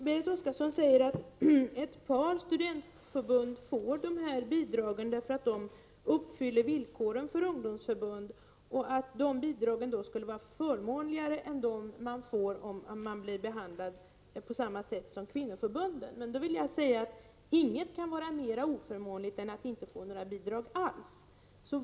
Berit Oscarsson säger att ett par studentförbund får bidrag därför att de uppfyller villkoren för ungdomsförbund och att dessa bidrag skulle vara förmånligare än de bidrag som de skulle få om de blev behandlade på samma sätt som kvinnoförbunden. Då vill jag säga att inget kan vara mera oförmånligt än att inte få några bidrag alls.